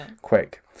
quick